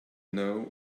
know